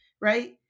right